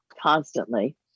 constantly